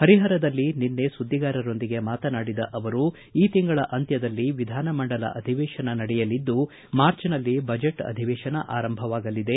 ಪರಿಹರದಲ್ಲಿ ನಿನ್ನೆ ಸುದ್ದಿಗಾರರೊಂದಿಗೆ ಮಾತನಾಡಿದ ಅವರು ಈ ತಿಂಗಳ ಅಂತ್ಯದಲ್ಲಿ ವಿಧಾನ ಮಂಡಲ ಅಧಿವೇಶನ ನಡೆಯಲಿದ್ದು ಮಾರ್ಚ್ನಲ್ಲಿ ಬಜೆಟ್ ಅಧಿವೇಶನ ಅರಂಭವಾಗಲಿದೆ